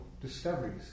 discoveries